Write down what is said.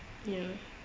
ya